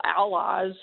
allies